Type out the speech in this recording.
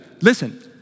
listen